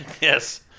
Yes